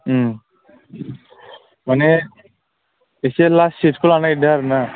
माने एसे लास्ट सिटखौ लानो नागिरदों आरोना